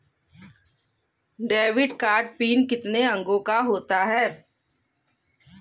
Debit card PIN कितने अंकों का होता है?